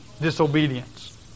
disobedience